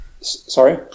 Sorry